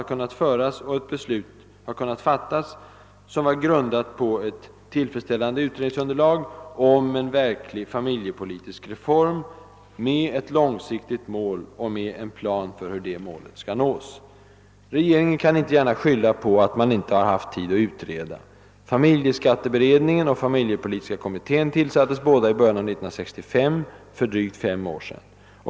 och fatta ett beslut — som grundades på ett tillfredsställande utredningsunderlag — om en verklig familjepolitisk reform med ett långsiktigt mål och med en plan för hur det målet skulle nås. Regeringen kan inte gärna skylla på alt man inte har haft tid att utreda. Familjeskatteberedningen och familjepolitiska kommittén tillsattes båda i början av år 1965, alltså för drygt fem år sedan.